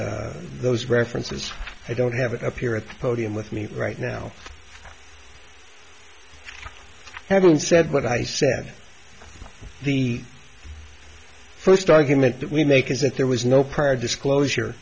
those references i don't have it appear at the podium with me right now having said what i said the first argument that we make is that there was no prior disclosure